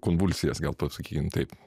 konvulsijas gal pasakys taip